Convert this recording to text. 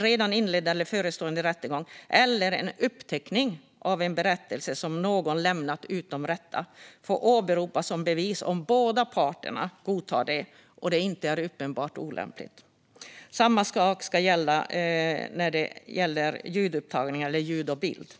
redan inledd eller förestående rättegång eller en uppteckning av en berättelse som någon lämnat utom rätta få åberopas som bevis om båda parter godtar det och det inte är uppenbart olämpligt. Samma sak ska gälla i fråga om en ljudupptagning eller en ljud och bildupptagning.